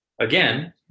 again